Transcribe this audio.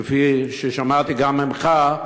כפי ששמעתי גם ממך,